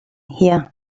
here